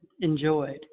enjoyed